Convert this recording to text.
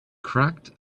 cracked